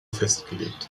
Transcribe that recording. festgelegt